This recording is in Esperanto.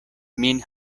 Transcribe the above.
min